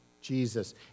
Jesus